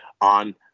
on